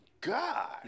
God